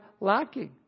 lacking